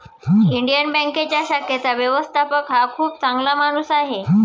Indian बँकेच्या शाखेचा व्यवस्थापक हा खूप चांगला माणूस आहे